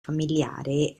familiare